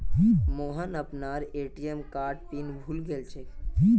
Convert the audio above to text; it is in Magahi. मोहन अपनार ए.टी.एम कार्डेर पिन भूले गेलछेक